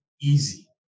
easy